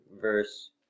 verse